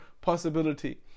possibility